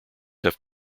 have